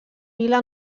vila